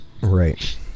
Right